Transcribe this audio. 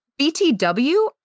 BTW